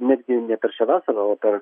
netgi ne per šią vasarą o per